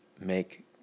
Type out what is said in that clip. make